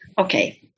Okay